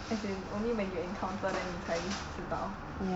as in only when you encounter then 你才知道